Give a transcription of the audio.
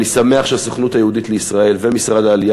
אני שמח שהסוכנות היהודית לישראל ומשרד העלייה